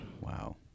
Wow